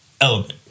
element